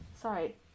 sorry